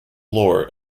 lore